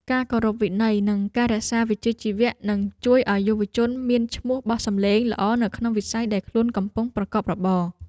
ការគោរពវិន័យនិងការរក្សាវិជ្ជាជីវៈនឹងជួយឱ្យយុវជនមានឈ្មោះបោះសម្លេងល្អនៅក្នុងវិស័យដែលខ្លួនកំពុងប្រកបរបរ។